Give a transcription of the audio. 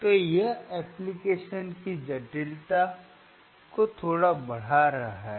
तो यह एप्लीकेशन की जटिलता को थोड़ा बढ़ा रहा है